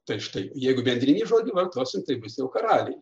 tai štai jeigu bendrinį žodį vartosim tai bus jau karaliai